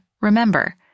remember